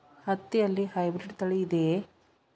ಹತ್ತಿಯಲ್ಲಿ ಹೈಬ್ರಿಡ್ ತಳಿ ಇದೆಯೇ?